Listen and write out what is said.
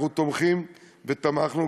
אנחנו תומכים ותמכנו,